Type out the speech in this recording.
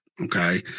Okay